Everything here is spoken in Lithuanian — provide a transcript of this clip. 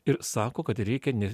ir sako kad reikia ne